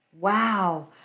Wow